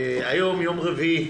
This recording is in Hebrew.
היום יום רביעי,